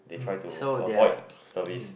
mm so they are mm